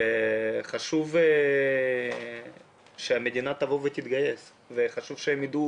חשוב שהמדינה תתגייס, וחשוב שהם ידעו